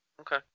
Okay